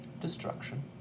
Destruction